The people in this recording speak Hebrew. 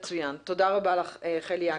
תודה רבה לך חלי יעקובס.